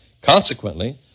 Consequently